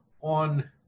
on